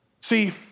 See